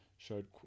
showed